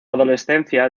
adolescencia